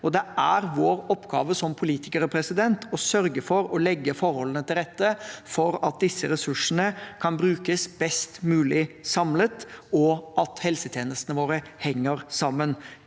Det er vår oppgave som politikere å sørge for å legge forholdene til rette for at disse ressursene kan brukes best mulig samlet, og at helsetjenestene våre henger sammen.